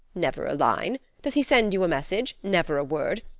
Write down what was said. never a line. does he send you a message? never a word.